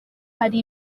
hari